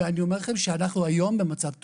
ואני אומר לכם שאנחנו היום במצב טוב.